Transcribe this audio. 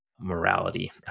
Morality